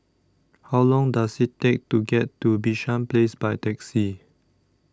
How Long Does IT Take to get to Bishan Place By Taxi